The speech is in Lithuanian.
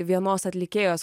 vienos atlikėjos